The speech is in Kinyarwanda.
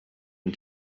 cye